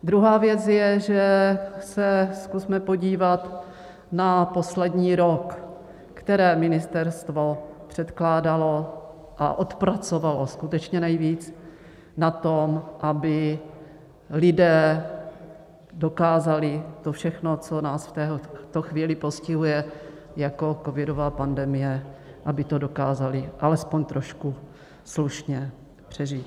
Druhá věc je, že se zkusme podívat na poslední rok, které ministerstvo předkládalo a odpracovalo skutečně nejvíc na tom, aby lidé dokázali to všechno, co nás v této chvíli postihuje jako covidová pandemie, aby to dokázali alespoň trošku slušně přežít.